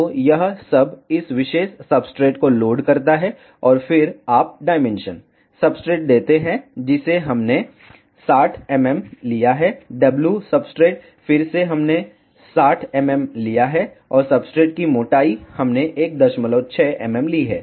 तो यह sub इस विशेष सब्सट्रेट को लोड करता है और फिर आप डायमेंशन l सब्सट्रेट देते हैं जिसे हमने 60 mm लिया है w सब्सट्रेट फिर से हमने 60 mm लिया है और सब्सट्रेट की मोटाई हमने 16 mm ली है